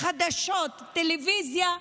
בחדשות ובטלוויזיה,